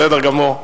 בסדר גמור.